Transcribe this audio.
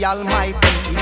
Almighty